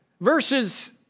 Verses